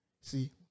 See